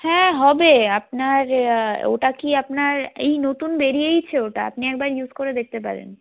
হ্যাঁ হবে আপনার ওটা কি আপনার এই নতুন বেরিয়েছে ওটা আপনি একবার ইউস করে দেখতে পারেন